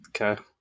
Okay